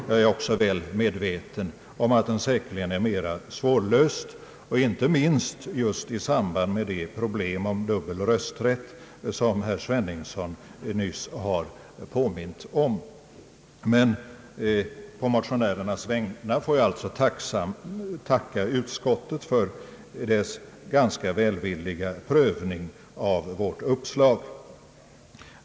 Jag är också väl medveten om att den säkerligen är mera svårlöst, inte minst beroende på de problem om dubbel rösträtt som herr Sveningsson nyss har påmint om. På motionärernas vägnar får jag alltså tacka utskottet för dess ganska välvilliga prövning av vårt uppslag.